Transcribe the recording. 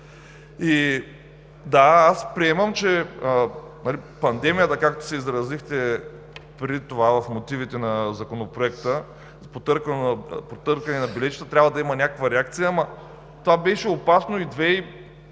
Да, аз приемам, че на пандемията, както се изразихте преди това в мотивите на Законопроекта, по търкането на билетчетата трябва да има някаква реакция, но това беше опасно и през